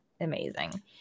amazing